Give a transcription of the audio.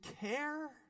care